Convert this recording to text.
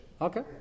Okay